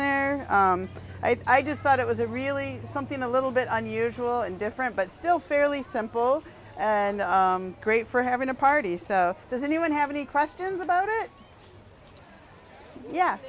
there i just thought it was a really something a little bit unusual and different but still fairly simple and great for having a party so does anyone have any questions about it ye